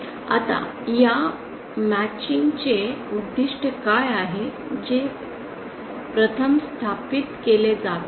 आता या मॅचिंग चे उद्दिष्ट काय आहे जे प्रथम स्थापित केले जावे